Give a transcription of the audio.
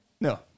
no